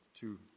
two